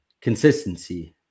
consistency